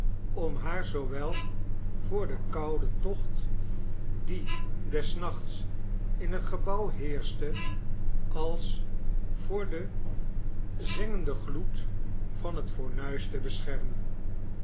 om haar zoowel voor den kouden tocht die des nachts in het gebouw heerschte als voor den zengenden gloed van het fornuis te heschermen